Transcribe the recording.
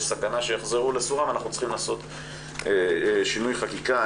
סכנה שיחזרו לסורם אנחנו צריכים לעשות שינוי חקיקה.